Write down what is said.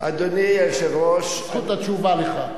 אדוני היושב-ראש, זכות התשובה לך.